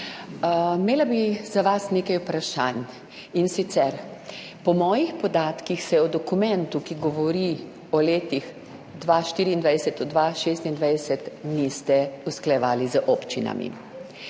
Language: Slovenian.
Imela bi za vas nekaj vprašanj. In sicer po mojih podatkih se o dokumentu, ki govori o letih 2024-2026, niste usklajevali z občinami.